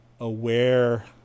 aware